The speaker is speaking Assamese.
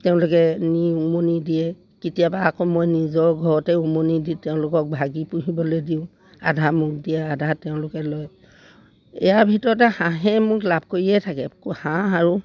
তেওঁলোকে নি উমনি দিয়ে কেতিয়াবা আকৌ মই নিজৰ ঘৰতে উমনি দি তেওঁলোকক ভাগি পুহিবলৈ দিওঁ আধা মোক দিয়ে আধা তেওঁলোকে লয় ইয়াৰ ভিতৰতে হাঁহে মোক লাভ কৰিয়ে থাকে হাঁহ আৰু